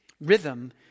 rhythm